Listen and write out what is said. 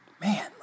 man